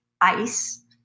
ice